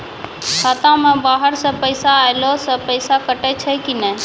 खाता मे बाहर से पैसा ऐलो से पैसा कटै छै कि नै?